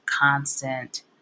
constant